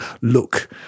look